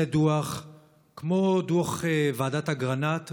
זה דוח כמו דוח ועדת אגרנט,